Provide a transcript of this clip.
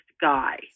guy